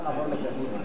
היא צריכה לעבור לקדימה.